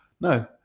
No